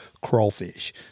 crawfish